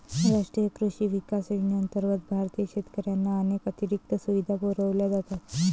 राष्ट्रीय कृषी विकास योजनेअंतर्गत भारतीय शेतकऱ्यांना अनेक अतिरिक्त सुविधा पुरवल्या जातात